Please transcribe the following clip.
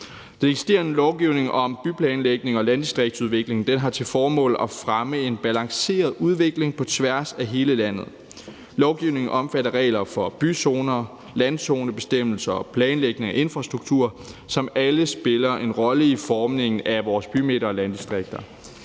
Den eksisterende lovgivning om byplanlægning og landdistriktsudvikling har til formål at fremme en balanceret udvikling på tværs af hele landet. Lovgivningen omfatter regler for byzoner, landzonebestemmelser og planlægning af infrastruktur, som alle spiller en rolle i formningen af vores bymidter og landdistrikter.